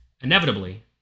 inevitably